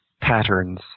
patterns